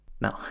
No